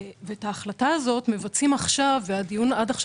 את ההחלטה הזאת מבצעים עכשיו והדיון עד כה